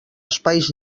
espais